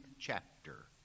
chapter